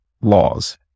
laws